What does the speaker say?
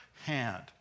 hand